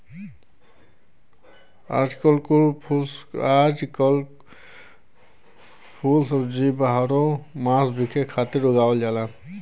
आजकल कुल फल सब्जी बारहो मास बिके खातिर उगावल जाला